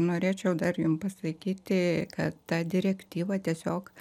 norėčiau dar jum pasakyti kad ta direktyva tiesiog